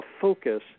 focus